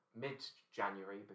mid-January